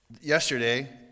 yesterday